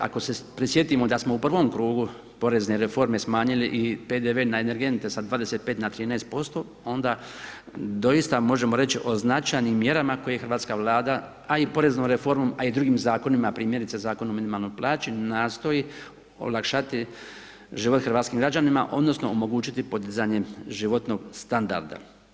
Ako se prisjetimo da smo u 1 krugu porezne reforme smanjili i PDV na energente na 25 na 13% onda doista možemo reći o značajnim mjerama koje hrvatska vlada, a i poreznom reformom, a i drugim zakonima, primjerice Zakonom o minimalnoj plaći, nastoji olakšati život hrvatskim građanima, odnosno, omogućiti životnog standarda.